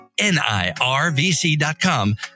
nirvc.com